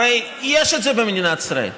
הרי יש את זה במדינת ישראל,